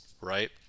right